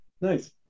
Nice